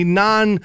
non